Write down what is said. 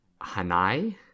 Hanai